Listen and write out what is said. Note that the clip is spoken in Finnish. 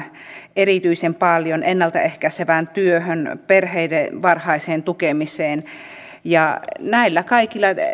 erityisen paljon ennalta ehkäisevään työhön perheiden varhaiseen tukemiseen näillä kaikilla